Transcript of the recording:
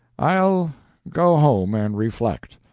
i'll go home and reflect.